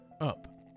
up